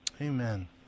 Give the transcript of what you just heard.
Amen